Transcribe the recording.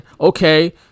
okay